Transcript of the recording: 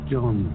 John